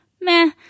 meh